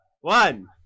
One